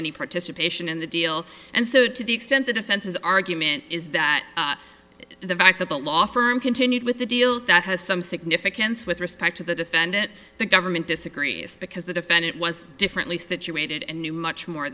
any participation in the deal and so to the extent the defense's argument is that the fact that the law firm continued with the deal that has some significance with respect to the defendant the government disagrees because the defendant was differently situated and knew much more